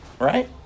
right